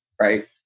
Right